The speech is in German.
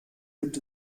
gibt